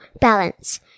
balance